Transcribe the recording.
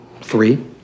Three